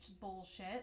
bullshit